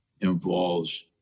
involves